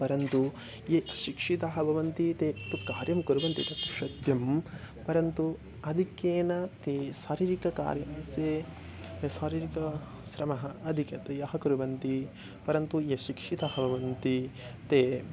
परन्तु ये अशिक्षिताः भवन्ति ते तु कार्यं कुर्वन्ति तत् सत्यं परन्तु आधिक्येन ते शारीरिककार्यं ते शारीरिकश्रमम् आधिकतया कुर्वन्ति परन्तु ये शिक्षिताः भवन्ति ते